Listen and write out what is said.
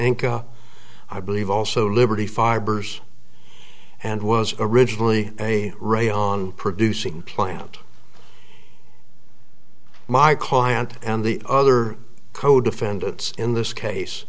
anka i believe also liberty fibers and was originally a right on producing plant my client and the other co defendants in this case